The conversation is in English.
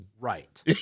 Right